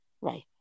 right